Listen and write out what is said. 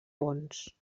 pons